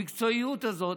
המקצועיות הזאת.